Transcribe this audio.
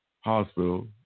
hospital